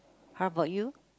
how about you